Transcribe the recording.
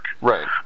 Right